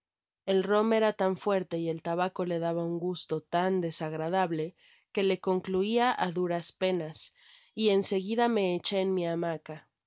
el rom era tan fuerte y el tabaco le daba un gusto tan desagradable que le concluia á duras penas y en seguida me eche en mi hamaca